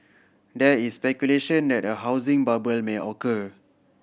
there is speculation that a housing bubble may occur